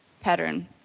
pattern